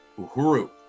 Uhuru